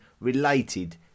related